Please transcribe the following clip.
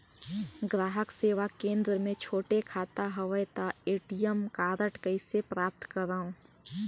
ग्राहक सेवा केंद्र मे छोटे खाता हवय त ए.टी.एम कारड कइसे प्राप्त करव?